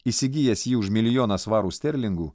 įsigijęs jį už milijoną svarų sterlingų